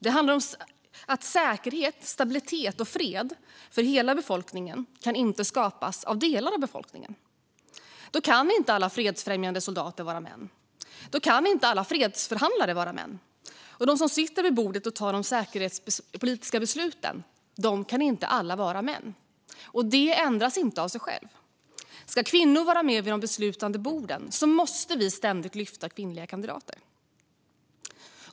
Det handlar om att säkerhet, stabilitet och fred för hela befolkningen inte kan skapas av delar av befolkningen. Då kan inte alla fredsfrämjande soldater vara män. Då kan inte heller alla fredsförhandlare vara män. De som sitter vid bordet och tar de säkerhetspolitiska besluten kan inte alla vara män. Och detta ändras inte av sig självt. Ska kvinnor vara med vid de beslutande borden måste vi ständigt lyfta kvinnliga kandidater.